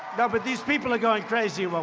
no, but these people are going crazy.